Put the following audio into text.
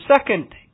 second